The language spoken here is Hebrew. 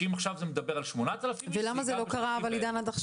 אם עכשיו זה מדבר על 8,000 אנשים --- אבל למה זה לא קרה עד עכשיו?